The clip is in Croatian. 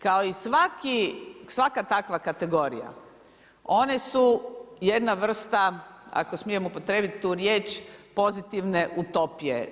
Kao i svaka takva kategorija, one su jedna vrsta, ako smijem upotrijebiti tu riječ pozitivne utopije.